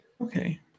okay